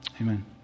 amen